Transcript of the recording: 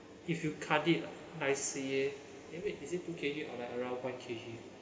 if you cut it nicely eh wait is it two K_G or like around one K_G